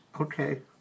Okay